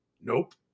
Nope